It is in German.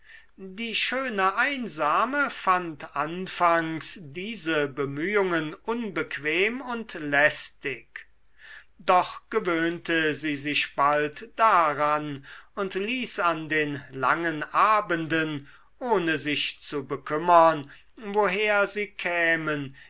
die schöne einsame fand anfangs diese bemühungen unbequem und lästig doch gewöhnte sie sich bald daran und ließ an den langen abenden ohne sich zu bekümmern woher sie kämen